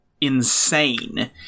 insane